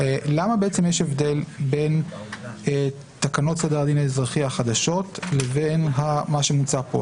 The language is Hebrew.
למה יש הבדל בין תקנות סדר הדין האזרחי החדשות לבין מה שמוצע כאן?